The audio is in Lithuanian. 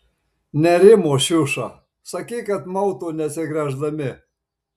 nerimo šiuša sakyk kad mautų neatsigręždami